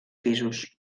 pisos